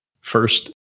First